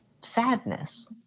sadness